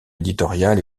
éditoriale